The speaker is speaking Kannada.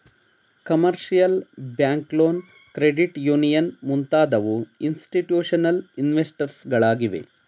commercial bank loan, credit union ಮುಂತಾದವು ಇನ್ಸ್ತಿಟ್ಯೂಷನಲ್ ಇನ್ವೆಸ್ಟರ್ಸ್ ಗಳಾಗಿವೆ